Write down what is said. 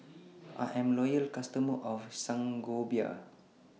I'm A Loyal customer of Sangobion